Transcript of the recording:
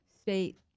state